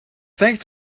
thanks